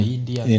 India